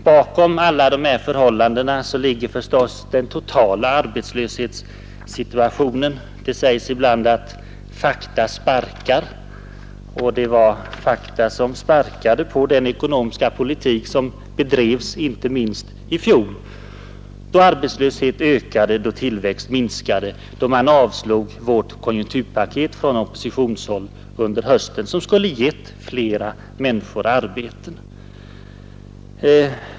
Bakom dessa förhållanden ligger naturligtvis den totala arbetslöshetssituationen. Det sägs ibland att ”fakta sparkar”. Det var fakta som sparkade på regeringen på grund av den ekonomiska politik som bedrevs, inte minst i fjol, då arbetslösheten ökade, då tillväxten minskade, och då man på hösten avslog oppositionens konjunkturpaket, som skulle ha givit flera människor arbeten.